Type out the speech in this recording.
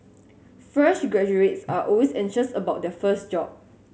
fresh graduates are always anxious about their first job